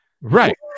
Right